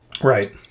Right